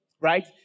right